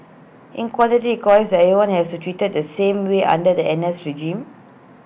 in quantity requires that everyone has be treated the same way under the N S regime